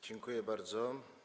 Dziękuję bardzo.